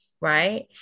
right